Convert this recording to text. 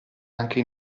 anche